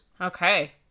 Okay